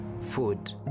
food